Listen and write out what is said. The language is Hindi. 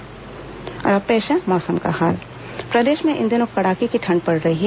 मौसम प्रदेश में इन दिनों कड़ाके की ठंड पड़ रही है